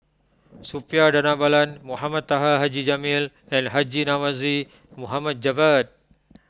Suppiah Dhanabalan Mohamed Taha Haji Jamil and Haji Namazie Mohd Javad